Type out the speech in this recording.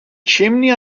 chimney